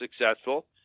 successful